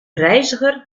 reiziger